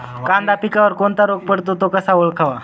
कांदा पिकावर कोणता रोग पडतो? तो कसा ओळखावा?